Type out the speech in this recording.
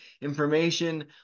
information